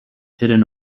hidden